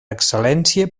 excel·lència